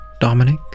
Dominic